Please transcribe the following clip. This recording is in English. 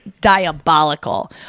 diabolical